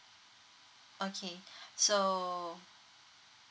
okay so